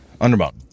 Undermount